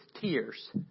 tears